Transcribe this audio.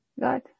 God